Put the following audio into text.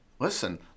Listen